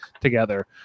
together